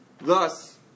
Thus